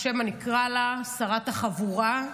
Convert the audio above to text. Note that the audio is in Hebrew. או שמא נקרא לה "שרת החבורה".